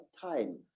time